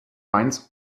mainz